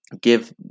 Give